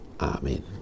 Amen